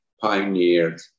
pioneered